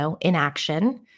inaction